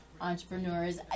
entrepreneurs